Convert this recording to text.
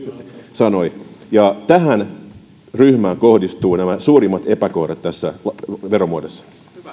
sanoi tähän ryhmään kohdistuvat nämä suurimmat epäkohdat tässä veromuodossa